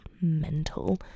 mental